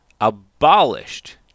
abolished